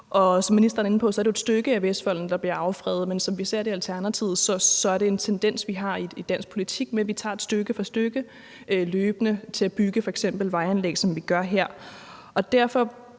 er inde på, er det et stykke af Vestvolden, der bliver affredet, men som vi ser det i Alternativet, er det en tendens, man ser i dansk politik, hvor man tager stykke for stykke løbende til f.eks. at bygge vejanlæg, som man gør her. Derfor